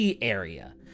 area